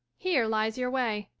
here lies your way.